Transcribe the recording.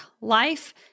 life